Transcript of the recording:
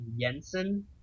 Jensen